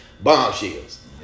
bombshells